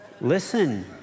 Listen